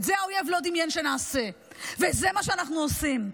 את זה האויב לא דמיין שנעשה, וזה מה שאנחנו עושים.